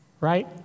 right